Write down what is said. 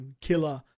killer